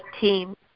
team